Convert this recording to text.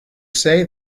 say